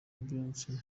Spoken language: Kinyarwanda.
beyonce